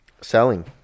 selling